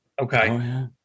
Okay